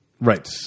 Right